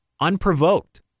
unprovoked